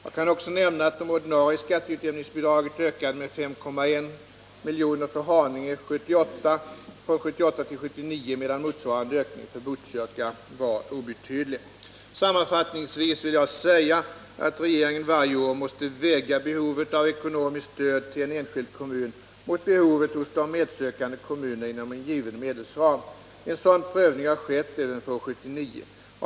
Jag kan också nämna att det ordinarie skatteutjämningsbidraget ökade med 5,1 milj.kr. för Haninge kommun från år 1978 till år 1979, medan motsvarande ökning för Botkyrka kommun var obetydlig. Sammanfattningsvis vill jag säga att regeringen varje år måste väga behovet av ekonomiskt stöd till en enskild kommun mot behovet hos de medsökande kommunerna inom en given medelsram. En sådan prövning har skett även för år 1979.